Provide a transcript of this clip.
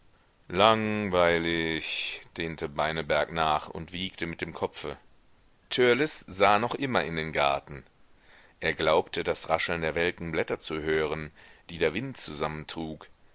langweilig dehnte beineberg nach und wiegte mit dem kopfe törleß sah noch immer in den garten er glaubte das rascheln der welken blätter zu hören die der wind